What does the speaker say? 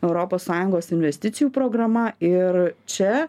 europos sąjungos investicijų programa ir čia